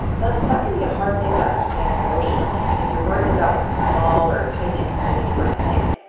but that can be a hard thing to understand emotionally if you're worried about what your small or tightknit community might think.